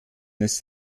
ist